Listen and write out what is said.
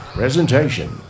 presentation